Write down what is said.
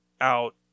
out